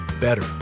better